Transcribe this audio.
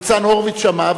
ניצן הורוביץ שמע,